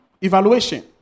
evaluation